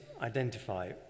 identify